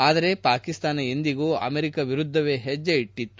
ಆದರೆ ಪಾಕಿಸ್ತಾನ ಎಂದಿಗೂ ಅಮೆರಿಕ ವಿರುದ್ಧವೇ ಹೆಜ್ಜೆ ಇಟ್ಟತ್ತು